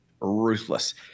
ruthless